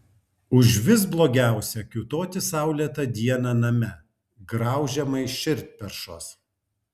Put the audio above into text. užvis blogiausia kiūtoti saulėtą dieną name graužiamai širdperšos